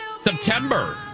September